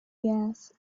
gas